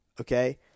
Okay